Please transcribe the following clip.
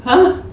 !huh!